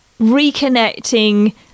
reconnecting